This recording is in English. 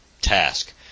task